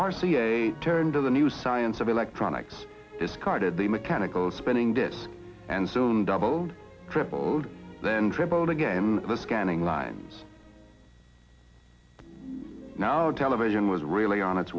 a turned to the new science of electronics discarded the mechanical spinning disc and soon doubled tripled then tripled again the scanning lines now television was really on its